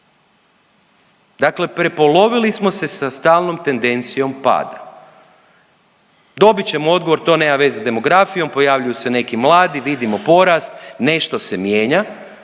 Dakle, prepolovili smo se sa stalnom tendencijom pada. Dobit ćemo odgovor to nema veze sa demografijom, pojavljuju se neki mladi, vidimo porast, nešto se mijenja.